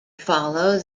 follow